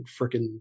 freaking